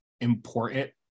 important